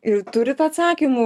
ir turit atsakymų